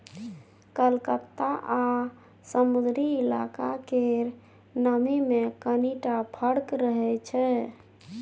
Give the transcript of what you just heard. कलकत्ता आ समुद्री इलाका केर नमी मे कनिटा फर्क रहै छै